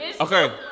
Okay